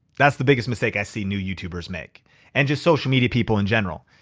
that's the biggest mistake i see new youtubers make and just social media people in general.